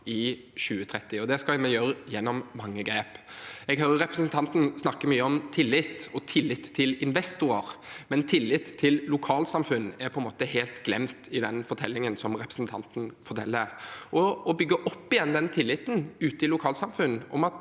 i 2030, og det skal vi gjøre gjennom mange grep. Jeg hører representanten snakke mye om tillit – tillit til investorer – men tillit til lokalsamfunn er på en måte helt glemt i fortellingen til representanten. Å bygge opp igjen tilliten ute i lokalsamfunnene – at